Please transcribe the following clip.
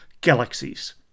galaxies